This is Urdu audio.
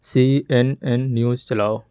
سی این این نیوز چلاؤ